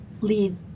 lead